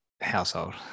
household